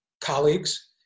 colleagues